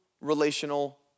relational